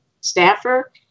staffer